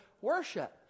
worship